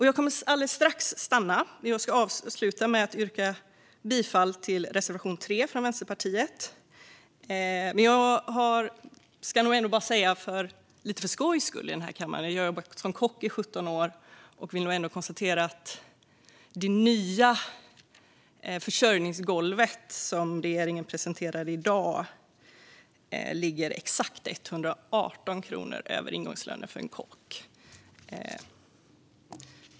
Jag avslutar med att yrka bifall till reservation 3 från Vänsterpartiet. Lite för skojs skull vill jag här i kammaren berätta att jag har jobbat som kock i 17 år, och jag konstaterar att det nya försörjningsgolvet som regeringen presenterade i dag ligger exakt 118 kronor över ingångslönen för en kock.